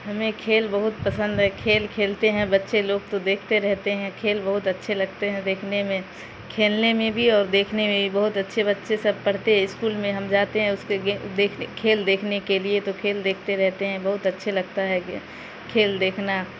ہمیں کھیل بہت پسند ہے کھیل کھیلتے ہیں بچے لوگ تو دیکھتے رہتے ہیں کھیل بہت اچھے لگتے ہیں دیکھنے میں کھیلنے میں بھی اور دیکھنے میں بھی بہت اچھے بچے سب پڑھتے اسکول میں ہم جاتے ہیں اس کے دیکھنے کھیل دیکھنے کے لیے تو کھیل دیکھتے رہتے ہیں بہت اچھے لگتا ہے یہ کھیل دیکھنا